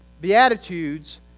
Beatitudes